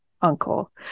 uncle